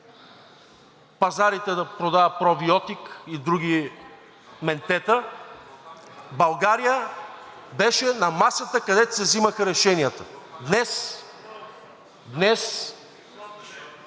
пазарите да продава пробиотик и други ментета – България беше на масата, където се взимаха решенията. Днес